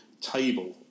table